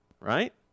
right